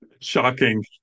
Shocking